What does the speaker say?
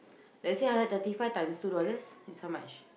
let's say hundred and thirty five times two dollars is how much